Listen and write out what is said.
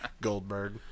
Goldberg